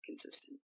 consistent